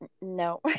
No